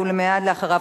ומייד אחריו,